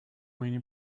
many